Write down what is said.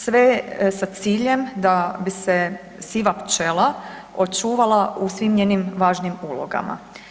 Sve sa ciljem da bi se siva pčela očuvala u svim njenim važnim ulogama.